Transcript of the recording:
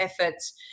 efforts